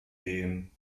gehen